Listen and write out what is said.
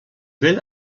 will